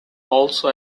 also